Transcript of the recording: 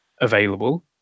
available